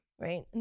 right